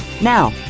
Now